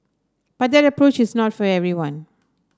but that approach is not for everyone